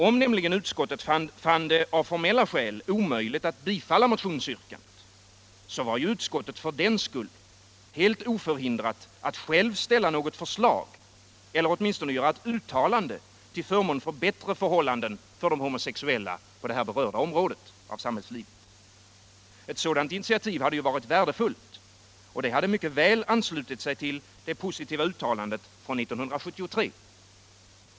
Om utskottet av formella skäl fann det omöjligt att bifalla motionsyrkandet, så var ju utskottet i alla fall helt oförhindrat att ställa något förslag eller åtminstone göra ett uttalande till förmån för bättre förhållanden för de homosexuella på det här berörda området i samhällslivet. Ett sådant initiativ hade varit värdefullt, och det hade mycket väl anslutit till det positiva uttalandet från 1973.